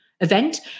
event